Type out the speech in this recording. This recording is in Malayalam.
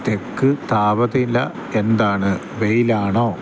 തെക്ക് താപതില എന്താണ് വെയിലാണോ